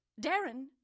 Darren